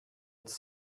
its